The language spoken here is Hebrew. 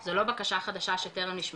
זה לא בקשה חדשה שטרם נשמעה,